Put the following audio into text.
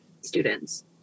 students